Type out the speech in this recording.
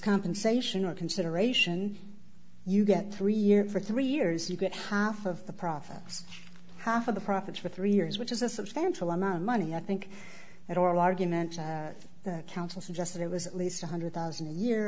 compensation or consideration you get three year for three years you get half of the profits half of the profit for three years which is a substantial amount of money i think at oral argument the council suggested it was at least one hundred thousand year